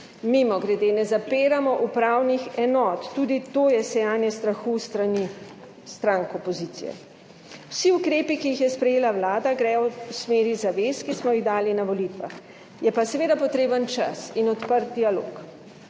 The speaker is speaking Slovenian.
Mimogrede, ne zapiramo upravnih enot. Tudi to je sejanje strahu s strani strank opozicije. Vsi ukrepi, ki jih je sprejela Vlada, gredo v smeri zavez, ki smo jih dali na volitvah, je pa seveda potreben čas in odprt dialog.